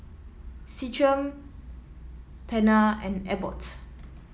Centrum Tena and Abbott